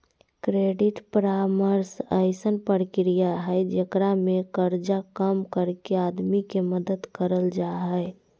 credit परामर्श अइसन प्रक्रिया हइ जेकरा में कर्जा कम करके आदमी के मदद करल जा हइ